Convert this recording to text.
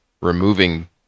removing